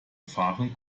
fahren